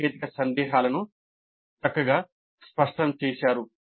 సాంకేతిక సందేహాలను చక్కగా స్పష్టం చేశారు